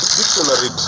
dictionary